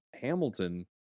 Hamilton